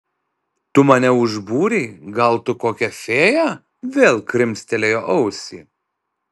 tu mane užbūrei gal tu kokia fėja vėl krimstelėjo ausį